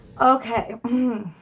Okay